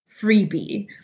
freebie